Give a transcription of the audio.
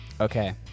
Okay